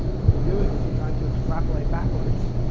what you're doing is you're trying to extrapolate backwards,